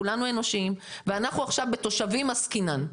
כולנו אנושיים ואנחנו עכשיו בתושבים עסקינן.